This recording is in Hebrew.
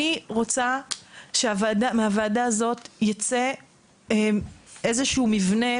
אני רוצה שמהוועדה הזאת ייצא איזה שהוא מבנה,